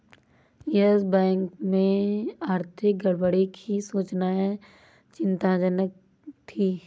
yes Bank में आर्थिक गड़बड़ी की सूचनाएं चिंताजनक थी